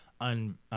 on